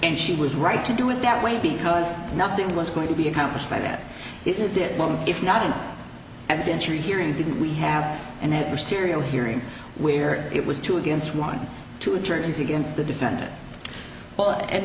and she was right to do it that way because nothing was going to be accomplished by that isn't that moment if not an adventure in hearing didn't we have an adversarial hearing where it was two against one two attorneys against the defendant